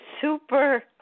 super